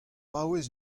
paouez